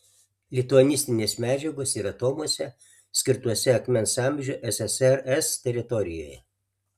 lituanistinės medžiagos yra tomuose skirtuose akmens amžiui ssrs teritorijoje